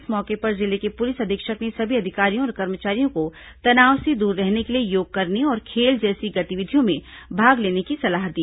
इस मौके पर जिले के पुलिस अधीक्षक ने सभी अधिकारियों और कर्मचारियों को तनाव से दूर रहने के लिए योग करने और खेल जैसी गतिविधियों में भाग लेने की सलाह दी